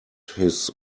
his